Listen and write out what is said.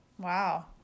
Wow